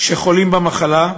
חולים במחלה,